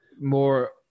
more